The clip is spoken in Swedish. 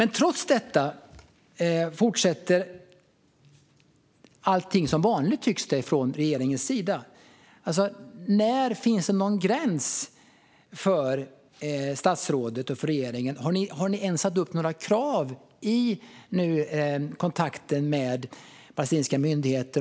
Trots detta tycks allt fortsätta som vanligt från regeringens sida. Var går gränsen för statsrådet och regeringen? Har ni ens ställt upp några krav i det nya avtalet med den palestinska myndigheten?